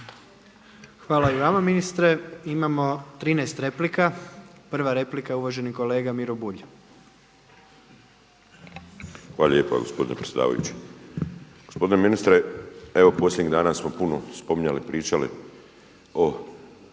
Hvala i vama ministre. Imamo 13 replika. Prva replika je uvaženi kolega Miro Bulj. **Bulj, Miro (MOST)** Hvala lijepa gospodine predsjedavajući. Gospodine ministre, evo posljednjih dana smo puno spominjali i pričali o